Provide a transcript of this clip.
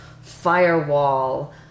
firewall